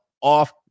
off